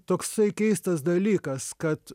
toksai keistas dalykas kad